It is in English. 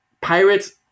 Pirates